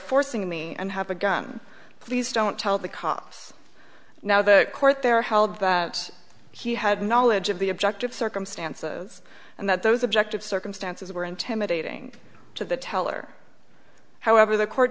forcing me and have a gun please don't tell the cops now that court there held that he had knowledge of the objective circumstances and that those objective circumstances were intimidating to the teller however the court